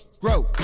grow